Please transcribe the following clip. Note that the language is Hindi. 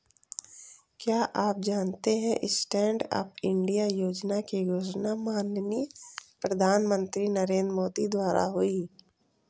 क्या आप जानते है स्टैंडअप इंडिया योजना की घोषणा माननीय प्रधानमंत्री नरेंद्र मोदी द्वारा हुई?